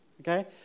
Okay